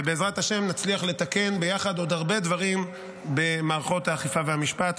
ובעזרת השם נצליח לתקן ביחד עוד הרבה דברים במערכות האכיפה והמשפט.